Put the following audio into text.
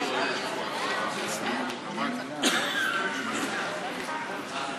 השידור (תיקון, פטור מאגרה בבתי-חולים),